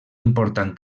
important